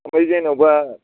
बेवहाय जेन'बा